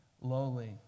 lowly